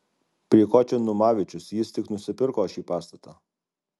prie ko čia numavičius jis tik nusipirko šį pastatą